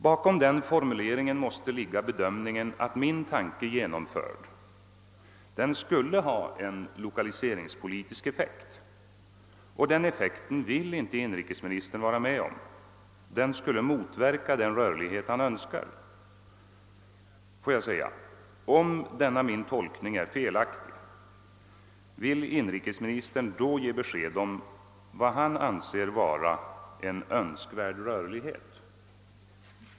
Bakom formuleringen måste ligga bedömningen att ett genomförande av min tanke skulle leda till en l1okaliseringspolitisk effekt, och den effekten vill inte inrikesministern uppnå, ty den skulle motverka den rörlighet han önskar. Om denna min tolkning är felaktig, vill inrikesministern då ge besked om vad han anser vara en »Önskvärd rörlighet»?